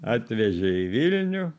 atvežė į vilnių